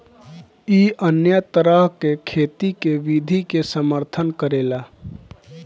इ अन्य तरह के खेती के विधि के समर्थन करेला